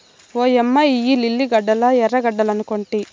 ఓయమ్మ ఇయ్యి లిల్లీ గడ్డలా ఎర్రగడ్డలనుకొంటి